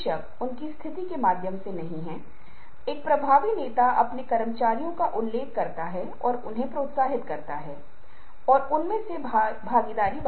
पांच अशाब्दिक संचार लोकप्रिय पुस्तकों को पढ़ने से आप अशाब्दिक संचार को अच्छी तरह से समझने में बेहतर होंगे ऐसा होने वाला नहीं है